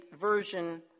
version